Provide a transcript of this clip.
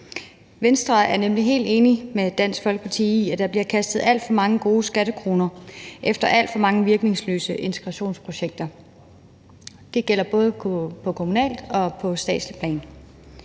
Venstre er nemlig helt enig med Dansk Folkeparti i, at der bliver kastet alt for mange gode skattekroner efter alt for mange virkningsløse integrationsprojekter. Det gælder både på kommunalt og på statsligt plan.